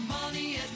money